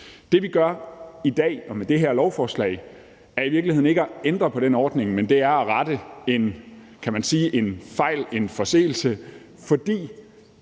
Det, vi gør i dag og med det her lovforslag, er i virkeligheden ikke at ændre på den ordning, men at rette en fejl, kan man sige, en forseelse.